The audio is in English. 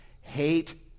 hate